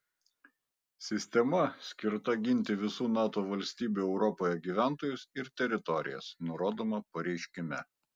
sistema skirta ginti visų nato valstybių europoje gyventojus ir teritorijas nurodoma pareiškime